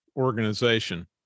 organization